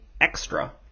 extra